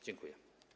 Dziękuję.